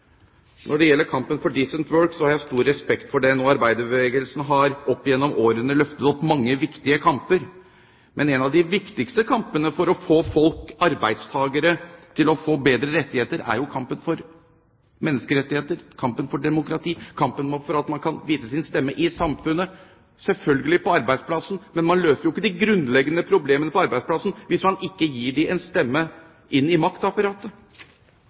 Når det gjelder kampen for «decent work», har jeg stor respekt for den, og arbeiderbevegelsen har opp gjennom årene løftet opp mange viktige kamper. Men en av de viktigste kampene for å gi arbeidstakere bedre rettigheter er jo kampen for menneskerettigheter, kampen for demokrati, kampen for at man kan vise sin stemme i samfunnet – og selvfølgelig på arbeidsplassen, men man løser jo ikke de grunnleggende problemene på arbeidsplassen hvis man ikke gir dem en stemme inn i maktapparatet.